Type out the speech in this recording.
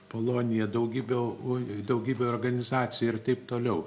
polonija daugybė oi daugybė organizacijų ir taip toliau